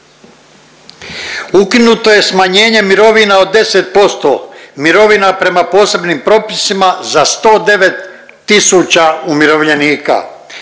Ukinuto je smanjene mirovina od 10%, mirovina prema posebnim propisima za 109 tisuća umirovljenika,